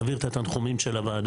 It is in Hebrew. להעביר את התחומים של הוועדה